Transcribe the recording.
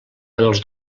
els